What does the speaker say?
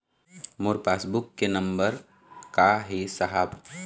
मोर passbook के number का ही साहब?